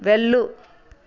వెళ్ళు